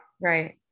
Right